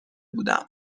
بودم